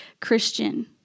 Christian